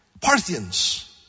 Parthians